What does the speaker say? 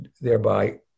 thereby